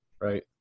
Right